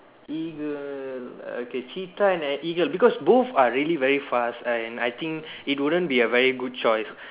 eagle okay cheetah and eagle because both are really very fast and I think it wouldn't be a very good choice